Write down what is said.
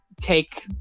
take